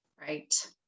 Right